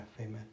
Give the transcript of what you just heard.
Amen